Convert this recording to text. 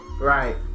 right